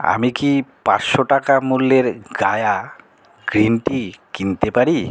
আমি কি পাঁশশো টাকা মূল্যের গায়া গ্রীন টি কিনতে পারি